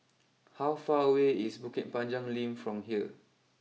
how far away is Bukit Panjang Link from here